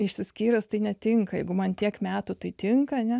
išsiskyręs tai netinka jeigu man tiek metų tai tinka ne